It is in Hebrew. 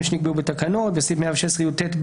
שנקבעו בתקנות"; (10) בסעיף 116יט(ב),